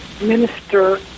minister